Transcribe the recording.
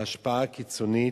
השפעה קיצונית,